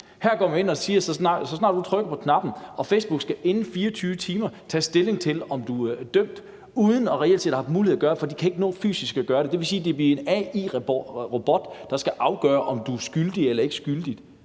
Her går man ind og siger, at så snart du trykker på knappen, skal Facebook inden for 24 timer tage stilling til, om du er dømt, uden reelt set at have haft mulighed for at gøre det, for de kan ikke nå at gøre det fysisk. Det vil sige, at det bliver en AI-robot, der skal afgøre, om du er skyldig eller ikke skyldig.